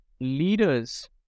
leaders